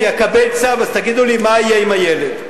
אני אקבל צו, אז תגידו לי מה יהיה עם הילד.